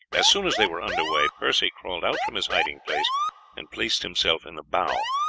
as soon as they were under way percy crawled out from his hiding place and placed himself in the bow,